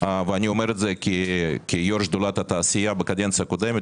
אני אומר גם כיושב-ראש שדולת התעשייה בקדנציה הקודמת